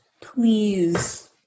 please